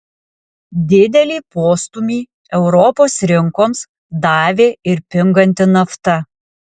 didelį postūmį europos rinkoms davė ir pinganti nafta